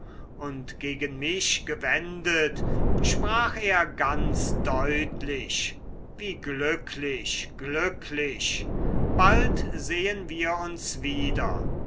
und gegen mich gewendet sprach er ganz deutlich wie glücklich glücklich bald sehen wir uns wieder